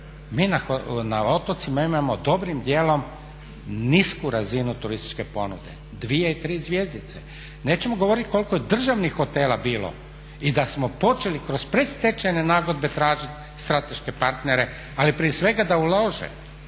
mi na otocima imamo dobrim dijelom nisku razinu turističke ponude, dvije i tri zvjezdice. Nećemo govoriti koliko je državnih hotela bilo i da smo počeli kroz predstečajne nagodbe tražiti strateške partnere, ali prije svega da ulože,